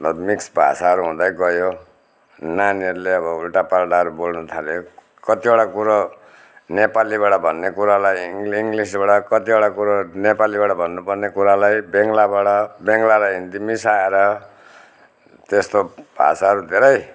र मिक्स भाषाहरू हुँदै गयो नानीहरूले अब उल्टापाल्टाहरू बोल्नु थाल्यो कतिवटा कुरो नेपालीबाट भन्ने कुरालाई इ इङ्ग्लिसबाट कतिवटा कुरो नेपालीबाट भन्नुपर्ने कुरालाई बङ्गलाबाट बङ्गला र हिन्दी मिसाएर त्यस्तो भाषाहरू धेरै